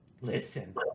Listen